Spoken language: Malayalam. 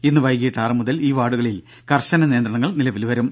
ഇന്ന് വൈകീട്ട് ആറു മുതൽ ഈ വാർഡുകളിൽ കർശന നിയന്ത്രണങ്ങൾ നിലവിൽ വരും